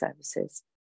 services